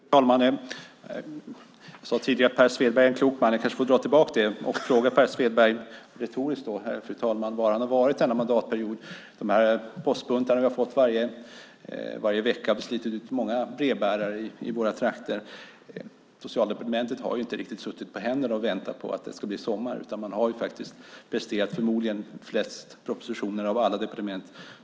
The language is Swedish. Fru talman! Jag sade tidigare att Per Svedberg är en klok man. Jag kanske får ta tillbaka det och fråga Per Svedberg var han har varit denna mandatperiod. Varje vecka har vi fått postbuntar som har slitit ut många brevbärare i våra trakter. Socialdepartementet har inte precis suttit på händerna och väntat på att det ska bli sommar. Man har förmodligen presterat flest propositioner av alla departement.